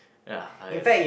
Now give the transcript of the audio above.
ya I